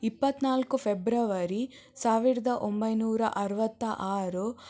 ಇಪ್ಪತ್ತ್ನಾಲ್ಕು ಫೆಬ್ರವರಿ ಸಾವಿರದ ಒಂಬೈನೂರ ಅರುವತ್ತ ಆರು